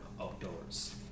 outdoors